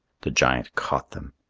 the giant caught them.